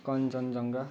Kanchenjunga